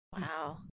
wow